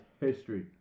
history